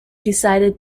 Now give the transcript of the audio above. decided